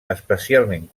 especialment